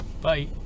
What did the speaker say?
Bye